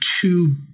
two